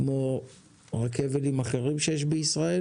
כמו רכבלים אחרים שיש בישראל.